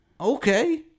Okay